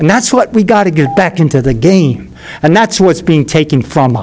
and that's what we've got to get back into the game and that's what's being taken from